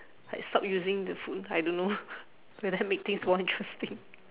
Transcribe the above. like stop using the phone I don't know will that make things more interesting